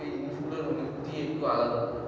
সেই জিনিসগুলোর অনুভূতি একটু আলাদা হয়